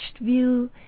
view